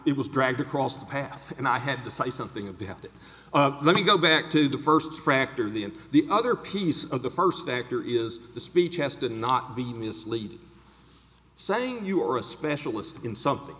it was dragged across the past and i had to cite something of they have to let me go back to the first factor the and the other piece of the first factor is the speech has to not be misleading saying you are a specialist in something